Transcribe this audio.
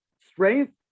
strength